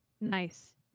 Nice